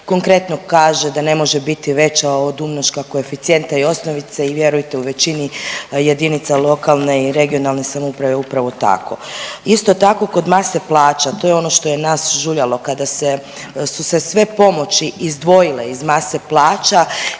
konkretno kaže da ne može biti veća od umnoška koeficijenta i osnovice i vjerujte u većini JLRS je upravo tako. Isto tako kod mase plaća, to je ono što je nas žuljalo kada se, su se sve pomoći izdvojile iz mase plaća